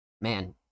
Man